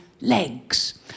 legs